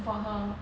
for her